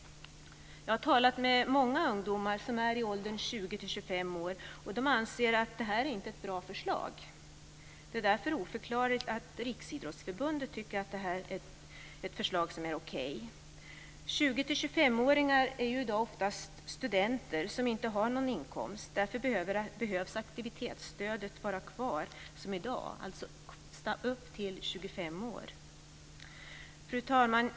Jag har talat med många ungdomar som är i åldern 20-25 år. De anser att det här inte är ett bra förslag. Det är därför oförklarligt att Riksidrottsförbundet tycker att förslaget är okej. 20-25-åringar är i dag oftast studenter, som inte har någon inkomst, därför behöver aktivitetsstödet vara kvar som i dag, alltså upp till 25 år. Fru talman!